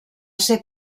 ser